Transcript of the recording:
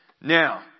Now